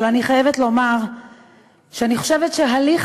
אבל אני חייבת לומר שאני חושבת שהליך